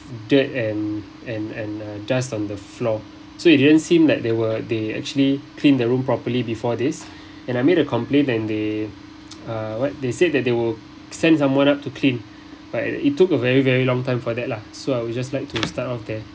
dirt and and and uh dust on the floor so it didn't seem like they were they actually cleaned the room properly before this and I made a complaint and they uh what they said that they will send someone up to clean but it took a very very long time for that lah so I would just like to start off there